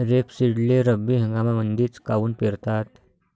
रेपसीडले रब्बी हंगामामंदीच काऊन पेरतात?